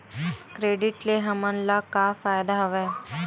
Credit ले हमन ला का फ़ायदा हवय?